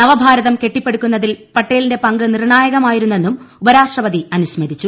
നവ ഭാരതം കെട്ടിപ്പടുക്കുന്നതിൽ പട്ടേലിന്റെ പങ്ക് നിർണായകമായിരുന്നെന്നും ഉപരാഷ്ട്രപതി അനുസ്മരിച്ചു